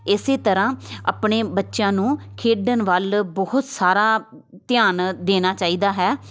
ਇਸੇ ਤਰ੍ਹਾਂ ਆਪਣੇ ਬੱਚਿਆਂ ਨੂੰ ਖੇਡਣ ਵੱਲ ਬਹੁਤ ਸਾਰਾ ਧਿਆਨ ਦੇਣਾ ਚਾਹੀਦਾ ਹੈ